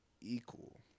equal